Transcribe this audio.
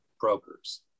brokers